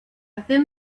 thin